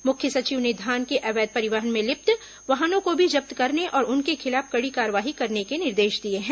मुख्य सचिव ने धान के अवैध परिवहन में लिप्त वाहनों को भी जब्त करने और उनके खिलाफ कड़ी कार्रवाई करने के निर्देश दिए हैं